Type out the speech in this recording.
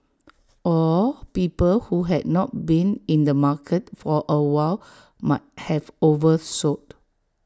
or people who had not been in the market for A while might have oversold